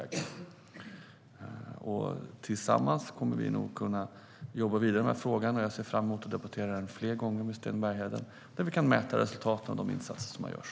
Tillsammans kommer vi nog att kunna jobba vidare i den här frågan. Jag ser fram emot att debattera den fler gånger med Sten Bergheden när vi kan mäta resultaten av de insatser som görs.